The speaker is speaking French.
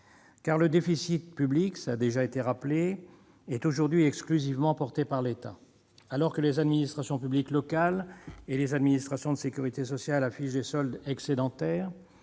Car le déficit public, cela a déjà été rappelé, est aujourd'hui exclusivement porté par l'État. Alors que les administrations publiques locales et les administrations de sécurité sociale affichent des soldes excédentaires,